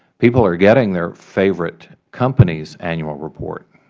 people are getting their favorite companies' annual report.